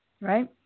Right